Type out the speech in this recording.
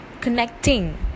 connecting